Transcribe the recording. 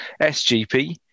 SGP